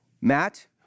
Matt